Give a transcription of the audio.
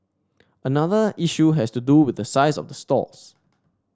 another issue has to do with the size of the stalls